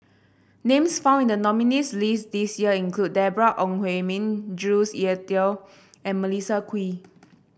names found in the nominees list this year include Deborah Ong Hui Min Jules Itier and Melissa Kwee